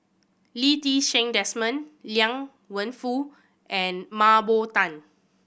Lee Ti Seng Desmond Liang Wenfu and Mah Bow Tan